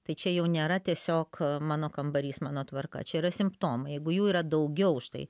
tai čia jau nėra tiesiog mano kambarys mano tvarka čia yra simptomai jeigu jų yra daugiau štai